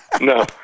No